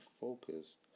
focused